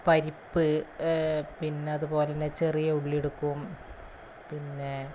പരിപ്പ് പിന്നതുപോലെ തന്നെ ചെറിയ ഉള്ളി എടുക്കും പിന്നെ